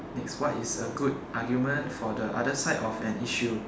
next what is a good argument for the other side of an issue